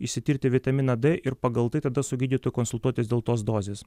išsitirti vitamino d ir pagal tai tada su gydytoju konsultuotis dėl tos dozės